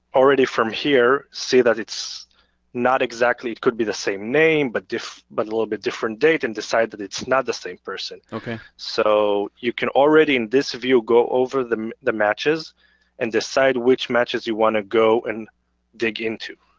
already from here say that not exactly, it could be the same name, but but a little bit different date and decide that it's not the same person. okay. so you can already in this view go over the the matches and decide which matches you want to go and dig into.